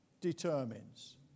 determines